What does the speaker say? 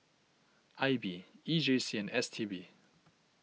I B E J C and S T B